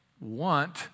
want